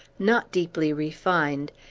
not deeply refined,